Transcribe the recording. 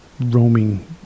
roaming